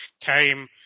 came